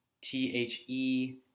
T-H-E